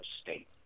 state